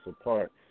apart